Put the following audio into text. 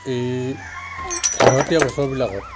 এই শেহতীয়া বছৰবিলাকত